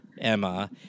Emma